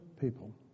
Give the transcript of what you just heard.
people